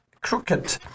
crooked